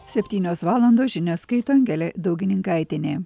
septynios valandos žinias skaito angelė daugininkaitienė